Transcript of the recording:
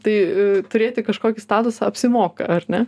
tai turėti kažkokį statusą apsimoka ar ne